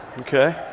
Okay